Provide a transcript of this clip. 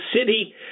city